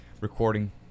recording